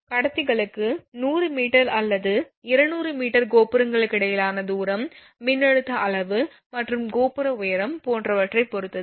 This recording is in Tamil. கடத்திகளுக்கு 100m அல்லது 200m கோபுரங்களுக்கிடையேயான தூரம் மின்னழுத்த அளவு மற்றும் கோபுர உயரம் போன்றவற்றை பொறுத்தது